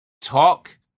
talk